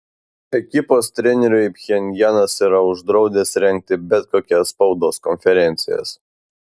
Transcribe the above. ekipos treneriui pchenjanas yra uždraudęs rengti bet kokias spaudos konferencijas